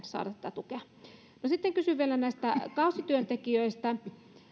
saada tätä tukea sitten kysyn vielä kausityöntekijöistä